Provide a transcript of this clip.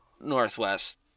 Northwest